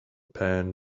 pan